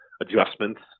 adjustments